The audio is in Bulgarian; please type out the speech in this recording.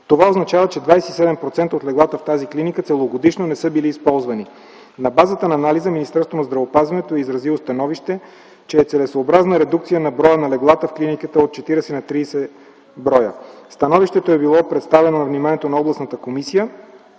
Това означава, че 27% от леглата в тази клиника целогодишно не са били използвани. На базата на анализа Министерството на здравеопазването е изразило становище, че е целесъобразна редукция на броя на леглата в клиниката от 40 на 30 броя. Становището е било представено на вниманието на областната комисия,